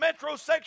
metrosexual